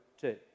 two